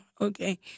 okay